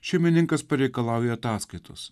šeimininkas pareikalauja ataskaitos